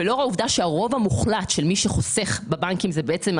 לאור העובדה שהרוב המוחלט של מי שחוסך בבנקים זה העשירונים החלשים,